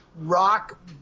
rock